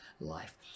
life